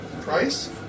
price